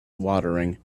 watering